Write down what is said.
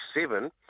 seven